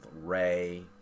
ray